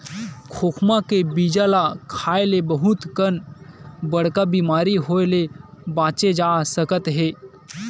खोखमा के बीजा ल खाए ले बहुत कन बड़का बेमारी होए ले बाचे जा सकत हे